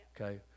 Okay